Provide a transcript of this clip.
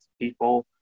people